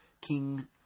king